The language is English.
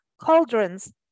cauldrons